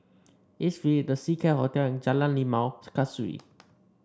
east we The Seacare Hotel and Jalan Limau Kasturi